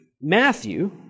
Matthew